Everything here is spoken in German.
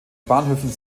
bahnhöfen